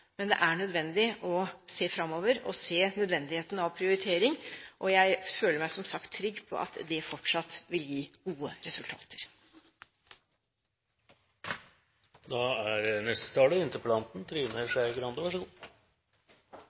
Men det er nødvendig å se framover og se nødvendigheten av prioritering, og jeg føler meg som sagt trygg på at det fortsatt vil gi gode